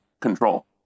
control